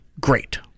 great